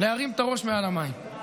להרים את הראש מעל המים.